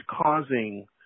causing